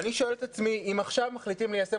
אני שואל את עצמי אם עכשיו מחליטים ליישם